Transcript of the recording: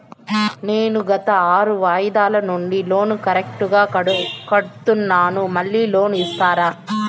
నేను గత ఆరు వాయిదాల నుండి లోను కరెక్టుగా కడ్తున్నాను, మళ్ళీ లోను ఇస్తారా?